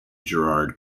girard